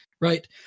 right